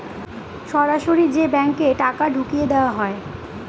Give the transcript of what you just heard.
সরাসরি যে ব্যাঙ্কে টাকা ঢুকিয়ে দেওয়া হয়